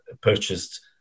purchased